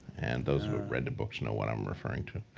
and those who read the books know what i'm referring to.